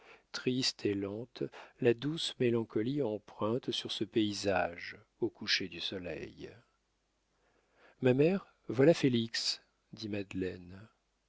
triste et lente la douce mélancolie empreinte sur ce paysage au coucher du soleil ma mère voilà félix dit madeleine